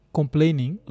complaining